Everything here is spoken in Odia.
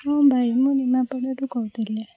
ହଁ ଭାଇ ମୁଁ ନିମାପଡ଼ାରୁ କହୁଥିଲି